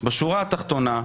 בשורה התחתונה,